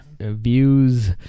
views